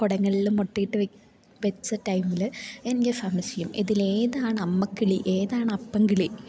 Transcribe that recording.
കുടങ്ങളിൽ മുട്ടയിട്ട് വെച്ച ടൈമിൽ എനിക്ക് സംശയം ഇതിലേതാണ് അമ്മക്കിളി ഏതാണ് അപ്പങ്കിളി